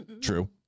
True